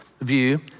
view